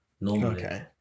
normally